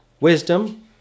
Wisdom